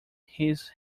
his